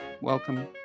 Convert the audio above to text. welcome